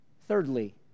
Thirdly